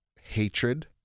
hatred